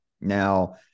Now